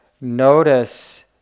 notice